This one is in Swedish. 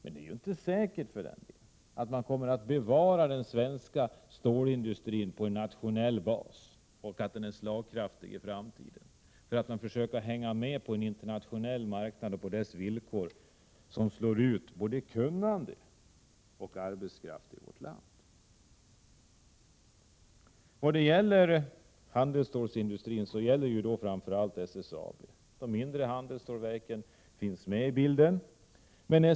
Att man försöker hänga med på en internationell marknad och på dess villkor, som slår ut både kunnande och arbetskraft i vårt land, garanterar dock inte att den svenska stålindustrin kommer att bevaras på en nationell bas och att den kommer att vara slagkraftig i framtiden. Handelsstålsindustrin domineras av SSAB, även om också de mindre handelsstålverken finns med i bilden.